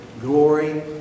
Glory